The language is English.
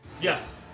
Yes